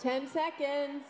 ten seconds